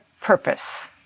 purpose